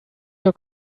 your